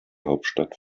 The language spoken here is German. hauptstadt